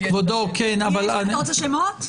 מחלוקת ------ בהכללות --- אתה רוצה שמות?